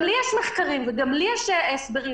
גם לי יש מחקרים וגם לי יש הסברים,